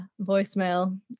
voicemail